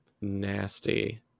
nasty